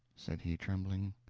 said he, trembling,